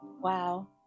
wow